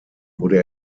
wurde